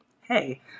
Hey